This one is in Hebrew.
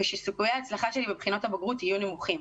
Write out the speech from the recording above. ושסיכויי ההצלחה שלי בבחינות הבגרות יהיו נמוכים,